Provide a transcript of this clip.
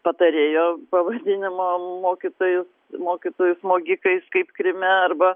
patarėjo pavadinimą mokytojus mokytojų smogikais kaip kryme arba